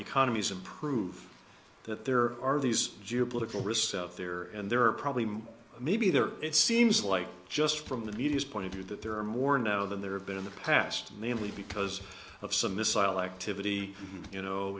economies improve that there are these geopolitical risks out there and there are probably more maybe there are it seems like just from the media's point of view that there are more now than there have been in the past namely because of some missile activity you know